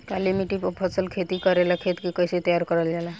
काली मिट्टी पर फसल खेती करेला खेत के कइसे तैयार करल जाला?